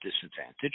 disadvantage